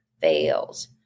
fails